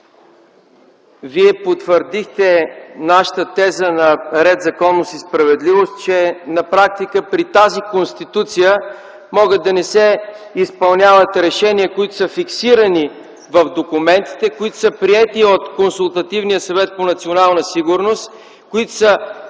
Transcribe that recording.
Вие потвърдихте нашата теза – на „Ред, законност и справедливост”, че на практика при тази Конституция могат да не се изпълняват фиксирани в документите решения, приети от Консултативния съвет по национална сигурност,